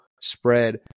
spread